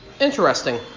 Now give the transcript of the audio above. interesting